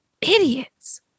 Idiots